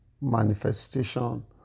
manifestation